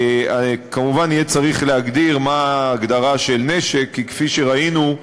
כמובן יהיה צריך להגדיר נשק, כי כפי שראינו,